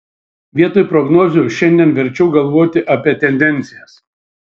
vietoj prognozių šiandien verčiau galvoti apie tendencijas